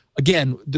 Again